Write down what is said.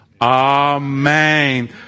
Amen